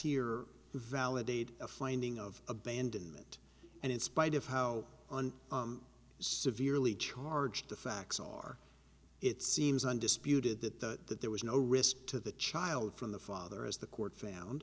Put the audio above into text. here validated a finding of abandonment and in spite of how on severely charged the facts are it seems undisputed that the that there was no risk to the child from the father as the court found